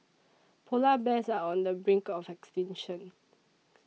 Polar Bears are on the brink of extinction